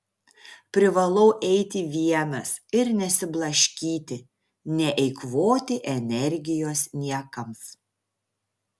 privalau eiti vienas ir nesiblaškyti neeikvoti energijos niekams